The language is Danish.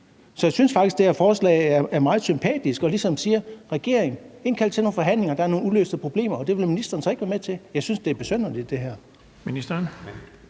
Så jeg synes faktisk, at det her forslag er meget sympatisk, fordi det ligesom siger: Regering, indkald til nogle forhandlinger, for der er nogle uløste problemer. Det vil ministeren så ikke være med til. Jeg synes, at det her er besynderligt. Kl.